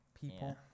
people